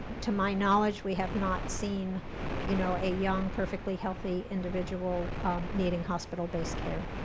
to my knowledge, we have not seen you know a young, perfectly healthy individual needing hospital-based care.